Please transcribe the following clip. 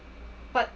but